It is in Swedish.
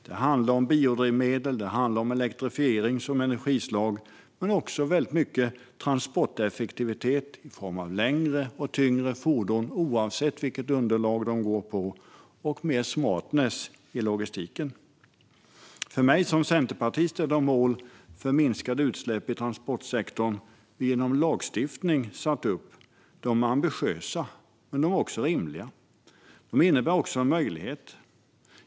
Det handlar om biodrivmedel och elektrifiering som energislag men också väldigt mycket om transporteffektivitet i form av längre och tyngre fordon, oavsett vilket underlag de går på, och mer smartness i logistiken. För mig som centerpartist är de mål för minskade utsläpp i transportsektorn som vi genom lagstiftning har satt upp ambitiösa men också rimliga. De innebär dessutom en möjlighet.